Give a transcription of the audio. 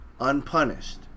unpunished